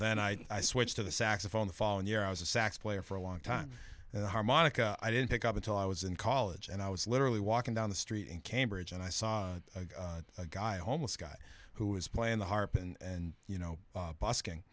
then i switched to the saxophone the following year i was a sax player for a long time and the harmonica i didn't pick up until i was in college and i was literally walking down the street in cambridge and i saw a guy a homeless guy who was playing the harp and you know busking